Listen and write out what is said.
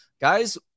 guys